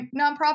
nonprofit